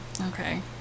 Okay